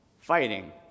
fighting